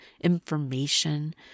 information